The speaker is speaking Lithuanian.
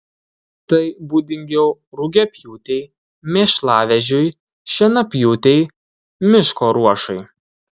tai būdingiau rugiapjūtei mėšlavežiui šienapjūtei miško ruošai